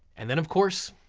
and then of course,